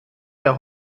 der